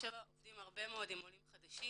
בבאר-שבע אנחנו עובדים הרבה מאוד עם עולים חדשים.